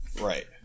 Right